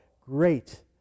great